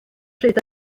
pryd